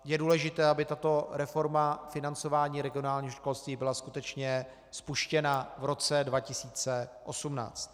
Je důležité, aby tato reforma financování regionálního školství byla skutečně spuštěna v roce 2018.